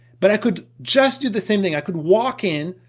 but i could just do the same thing. i could walk in,